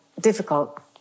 difficult